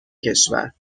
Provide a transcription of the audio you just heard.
کشور